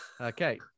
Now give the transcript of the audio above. Okay